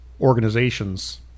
organizations